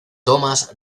thomas